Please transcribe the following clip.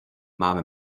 máme